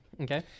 okay